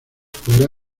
fuera